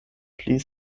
pli